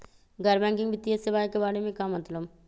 गैर बैंकिंग वित्तीय सेवाए के बारे का मतलब?